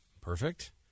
Perfect